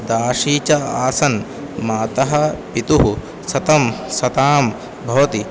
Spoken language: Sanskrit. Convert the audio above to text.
दाशी च आसन् माता पितुः सतं सतां भवति